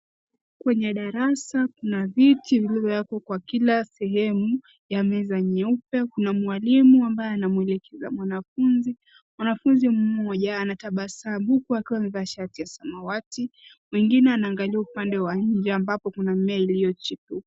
Kwenye darasa kuna viti vimewekwa kwa kila sehemu, ya meza nyeupe, Kuna mwalimu anamuelekeza mwanafunzi, mwanafunzi mmoja anatabasamu ,huku akiwa amevaa shati ya samawati na anaangalia upande wa nje, ambapo kuna mmea uliochipuka.